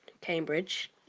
Cambridge